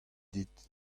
dit